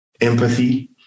empathy